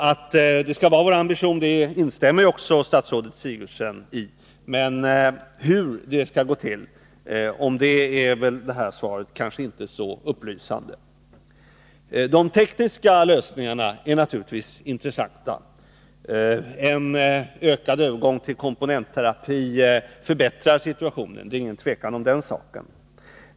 Statsrådet Sigurdsen instämmer i det, men svaret är inte så upplysande när det gäller hur det skall gå till. De tekniska lösningarna är naturligtvis intressanta. En ökad övergång till komponentterapi förbättrar situationen — det är inget tvivel om den saken.